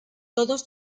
todos